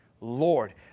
Lord